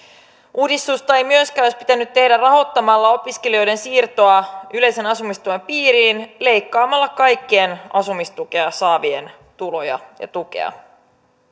uudistusta ei myöskään olisi pitänyt tehdä rahoittamalla opiskelijoiden siirtoa yleisen asumistuen piiriin leikkaamalla kaikkien asumistukea saavien tuloja ja tukea